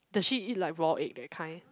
does she eat like raw egg that kind